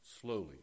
slowly